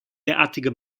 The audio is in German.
derartige